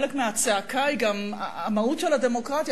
חלק מהצעקה הוא גם המהות של הדמוקרטיה.